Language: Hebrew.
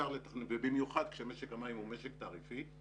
ובמיוחד כשמשק המים הוא משק תעריפי,